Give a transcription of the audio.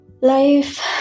Life